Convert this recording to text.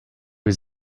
was